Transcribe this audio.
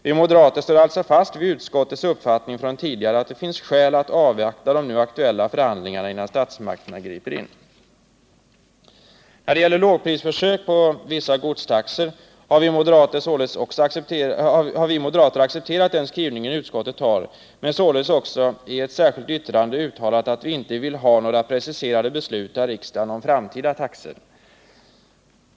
Vi moderater står alltså fast vid utskottets tidigare uppfattning, att det finns skäl att avvakta de nu aktuella förhandlingarna innan statsmakterna griper in. När det gäller lågprisförsök omfattande vissa godstaxor har vi moderater accepterat utskottets skrivning, men vi har också i ett särskilt yttrande uttalat att vi inte vill ha några preciserade beslut av riksdagen om framtida taxor.